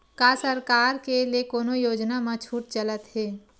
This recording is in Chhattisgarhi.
का सरकार के ले कोनो योजना म छुट चलत हे?